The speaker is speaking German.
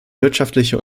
wirtschaftliche